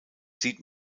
sieht